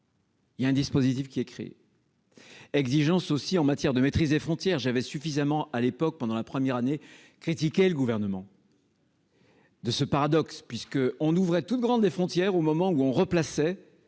Il y a un dispositif qui est créé exigences aussi en matière de maîtrise des frontières j'avais suffisamment à l'époque, pendant la première année, critiquer le gouvernement. De ce paradoxe puisque on ouvrait toutes grandes les frontières au moment où on replaçait